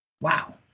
wow